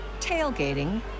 tailgating